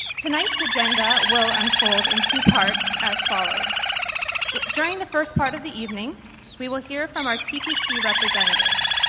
tonight's agenda will unfold in two parts as follows so during the first part of the evening we will hear from our ttc representatives.